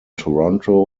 toronto